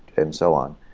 and so on.